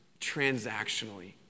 transactionally